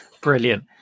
Brilliant